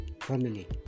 family